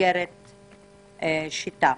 מסגרת "שיטה".